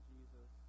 Jesus